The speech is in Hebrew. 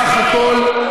בסך הכול,